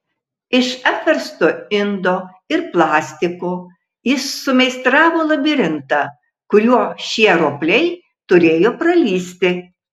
iš apversto indo ir plastiko jis sumeistravo labirintą kuriuo šie ropliai turėjo pralįsti